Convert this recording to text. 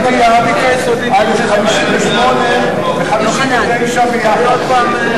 אני מבקש להצביע על 58 ו-59 ביחד.